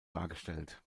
dargestellt